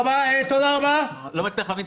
הצעת הסכם בדבר מתן הטבות למובטלים,